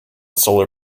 solar